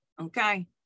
okay